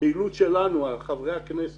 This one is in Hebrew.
בעקבות פעילות שלנו בנושא.